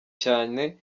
cyane